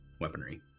Weaponry